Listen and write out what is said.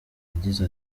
yagize